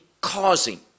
causing